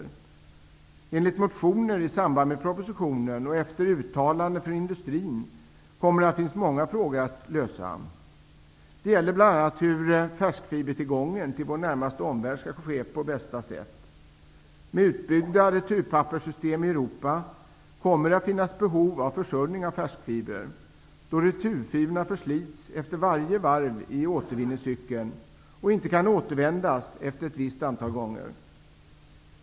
Som har framgått i motioner väckta i anledning av propositionen och efter uttalanden från företrädare för industrin kommer det att finnas många problem att lösa. Det gäller bl.a. hur färskfiberförsörjningen för vår närmaste omvärld skall lösas på bästa sätt. Med utbyggda returpapperssystem i Europa kommer det att finnas behov av försörjning av färskfibrer. Returfibrerna förslits efter varje varv i återvinningscykeln och kan inte återanvändas efter ett visst antal gånger.